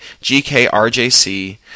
GKRJC